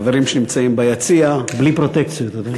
חברים שנמצאים ביציע, בלי פרוטקציות, אדוני.